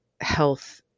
health